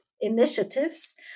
initiatives